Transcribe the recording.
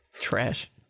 Trash